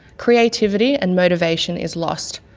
creativity and motivation is lost,